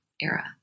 era